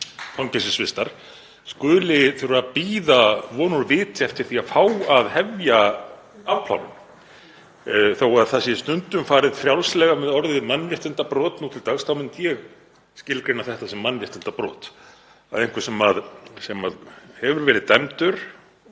fangelsisvistar skuli þurfa að bíða von úr viti eftir því að fá að hefja afplánun. Þó að stundum sé farið frjálslega með orðið mannréttindabrot nú til dags þá myndi ég skilgreina þetta sem mannréttindabrot, að einhver sem hefur verið dæmdur